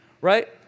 right